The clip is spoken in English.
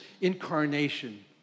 incarnation